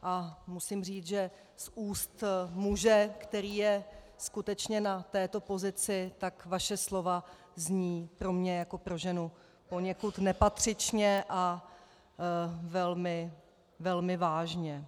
A musím říct, že z úst muže, který je skutečně na této pozici, tak vaše slova zní pro mne jako pro ženu poněkud nepatřičně a velmi vážně.